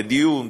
בדיור,